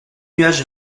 nuages